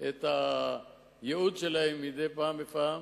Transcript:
את הייעוד שלהן מדי פעם בפעם,